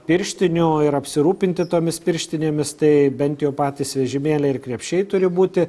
pirštinių ir apsirūpinti tomis pirštinėmis tai bent jau patys vežimėliai ir krepšiai turi būti